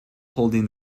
holding